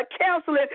counseling